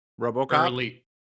Robocop